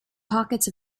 pockets